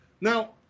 Now